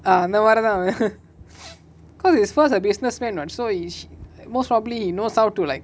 ah அந்தமாரிதா அவன்:anthamaritha avan cause he's a businessman [what] so most probably he knows how to like